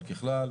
אבל ככלל,